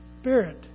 spirit